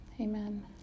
amen